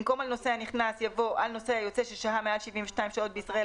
במקום "על נוסע נכנס" יבוא "על נוסע יוצא ששהה מעל 72 שעות בישראל,